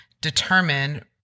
determine